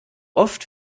oft